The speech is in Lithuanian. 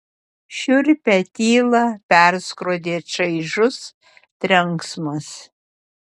šiurpią tylą perskrodė čaižus trenksmas